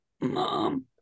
mom